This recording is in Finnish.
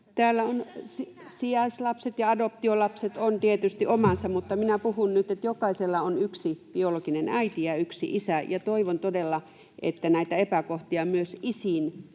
Täällä on... — Sijaislapset ja adoptiolapset ovat tietysti omansa, mutta minä puhun nyt, että jokaisella on yksi biologinen äiti ja yksi isä, ja toivon todella, että näitä epäkohtia myös isiin